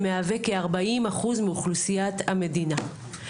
שמהווה כארבעים אחוז מאוכלוסיית המדינה.